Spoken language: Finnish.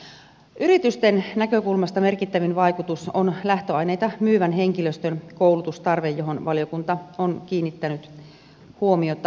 yritysten näkökulmasta merkittävin vaikutus on lähtöaineita myyvän henkilöstön koulutustarve johon valiokunta on kiinnittänyt huomiota